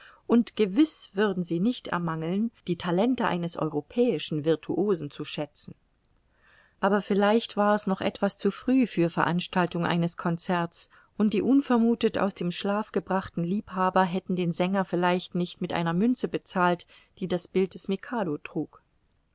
und gewiß würden sie nicht ermangeln die talente eines europäischen virtuosen zu schätzen aber vielleicht war's noch etwas zu früh für veranstaltung eines concerts und die unvermuthet aus dem schlaf gebrachten liebhaber hätten den sänger vielleicht nicht mit einer münze bezahlt die das bild des mikado trug